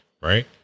right